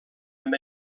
amb